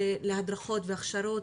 כן להדרכות והכשרות,